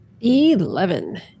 Eleven